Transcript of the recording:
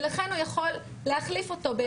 ולכן הוא יכול להחליף אותו.